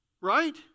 Right